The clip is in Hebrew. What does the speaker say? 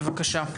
בבקשה.